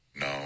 No